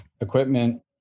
equipment